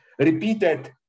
repeated